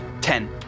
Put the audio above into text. Ten